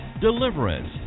Deliverance